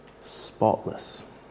spotless